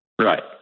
Right